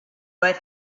but